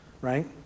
right